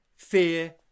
Fear